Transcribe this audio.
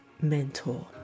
mentor